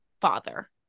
father